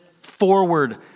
forward